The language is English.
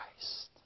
Christ